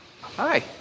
Hi